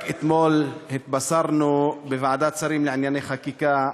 רק אתמול התבשרנו בוועדת שרים לענייני חקיקה,